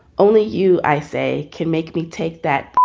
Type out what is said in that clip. only you, i say, can make me take that